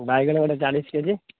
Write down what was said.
ବାଇଗଣ ଗୋଟେ ଚାଳିଶ କେ ଜି